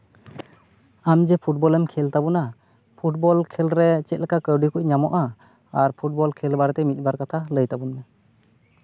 ᱟᱢ ᱡᱮ ᱯᱷᱩᱴᱵᱚᱞᱮᱢ ᱠᱷᱮᱹᱞ ᱛᱟᱵᱚᱱᱟ ᱯᱷᱩᱴᱵᱚᱞ ᱠᱷᱮᱹᱞ ᱨᱮ ᱪᱮᱫᱞᱮᱠᱟ ᱠᱟᱹᱣᱰᱤ ᱠᱚ ᱧᱟᱢᱚᱜᱼᱟ ᱟᱨ ᱯᱷᱩᱴᱵᱚᱞ ᱠᱷᱮᱹᱞ ᱵᱟᱨᱮᱛᱮ ᱢᱤᱫᱼᱵᱟᱨ ᱠᱟᱛᱷᱟ ᱞᱟᱹᱭ ᱛᱟᱵᱚᱱ ᱢᱮ